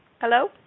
Hello